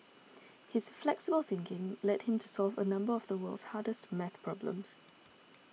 his flexible thinking led him to solve a number of the world's hardest maths problems